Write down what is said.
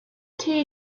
two